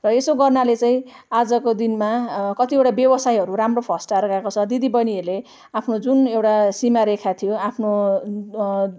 र यसो गर्नाले चाहिँ आजको दिनमा कतिवटा व्यवसायहरू राम्रो फस्टाएर गएको छ दिदीबहिनीहरूले आफ्नो जुन एउटा सीमारेखा थियो आफ्ने